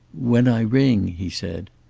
when i ring, he said.